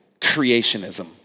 creationism